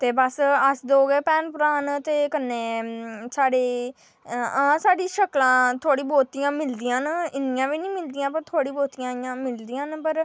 ते बस अस दो गै भैन भ्राऽ न ते कन्नै साढ़ियां शक्लां थोह्ड़ियां बोह्तियां मिलदियां न इन्नियां बी निं मिलदियां पर थोह्ड़ी बोह्तियां इ'यां मिलदियां न पर